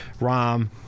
Rom